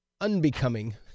unbecoming